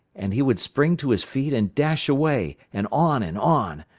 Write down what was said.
and he would spring to his feet and dash away, and on and on,